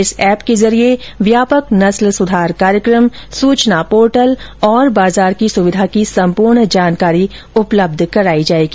इस एप के जरिए व्यापक नस्ल सुधार कार्यक्रम सूचना पोर्टल और बाजार की सुविधा की संपूर्ण जानकारी उपलब्ध करायी जाएगी